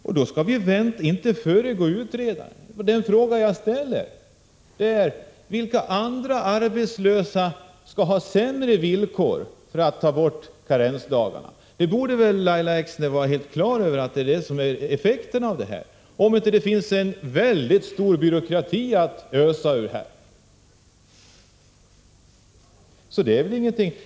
Utredarens arbete skall inte föregripas, sägs det. Den fråga jag vill ställa är: Vilka andra arbetslösa skall få sämre arbetsvillkor om karensdagarna tas bort? Lahja Exner borde vara helt klar över effekten — om det inte finns en stor byråkrati att ösa ur.